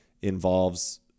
involves